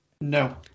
no